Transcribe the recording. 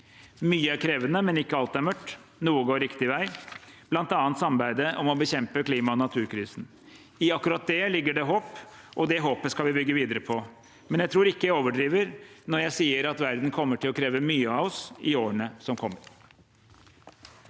Mye er krevende, men ikke alt er mørkt. Noe går riktig vei, bl.a. samarbeidet om å bekjempe klima- og naturkrisen. I akkurat det ligger det håp, og det håpet skal vi bygge videre på, men jeg tror ikke jeg overdriver når jeg sier at verden kommer til å kreve mye av oss i årene som kommer.